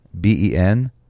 b-e-n